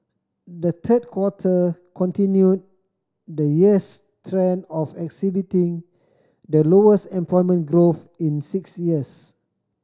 the third quarter continued the year's trend of exhibiting the lowest employment growth in six years